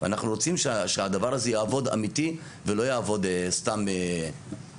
ואנחנו רוצים שהדבר הזה יעבוד אמיתי ולא יעבוד סתם ככה.